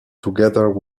together